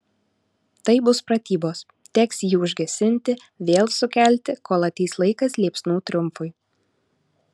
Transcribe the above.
tai bus pratybos teks jį užgesinti vėl sukelti kol ateis laikas liepsnų triumfui